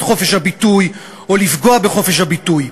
חופש הביטוי או לפגוע בחופש הביטוי,